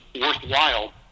worthwhile